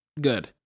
Good